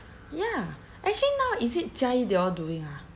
ya actually now is it jia yi they all doing ah